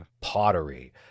pottery